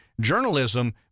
journalism